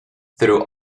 through